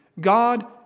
God